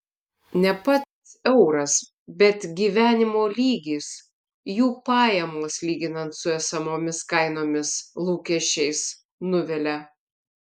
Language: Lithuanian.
ne pats euras bet gyvenimo lygis jų pajamos lyginant su esamomis kainomis lūkesčiais nuvilia